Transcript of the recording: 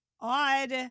odd